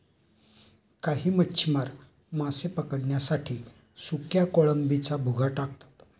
काही मच्छीमार मासे पकडण्यासाठी सुक्या कोळंबीचा भुगा टाकतात